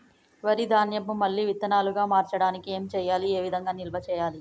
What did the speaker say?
వరి ధాన్యము మళ్ళీ విత్తనాలు గా మార్చడానికి ఏం చేయాలి ఏ విధంగా నిల్వ చేయాలి?